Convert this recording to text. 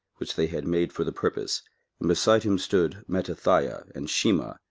which they had made for the purpose and beside him stood mattithiah, and shema,